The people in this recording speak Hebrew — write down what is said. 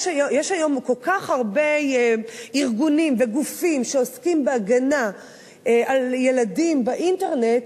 יש היום כל כך הרבה ארגונים וגופים שעוסקים בהגנה על ילדים באינטרנט,